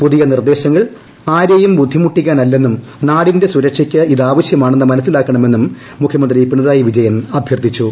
പുതിയ നിർദ്ദേശങ്ങൾ ആരെയും ബുദ്ധിമുട്ടിക്കാനല്ലെന്നും നാടിന്റെ സുരക്ഷയ്ക്ക് ഇതാവശ്യമാണെന്ന് മനസിലാക്കണമെന്നും മുഖ്യമന്ത്രി പിണറായി വിജയൻ അഭ്യർത്ഥിച്ചു